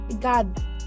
god